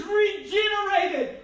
regenerated